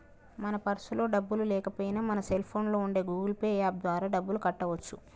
మన పర్సులో డబ్బులు లేకపోయినా మన సెల్ ఫోన్లో ఉండే గూగుల్ పే యాప్ ద్వారా డబ్బులు కట్టవచ్చు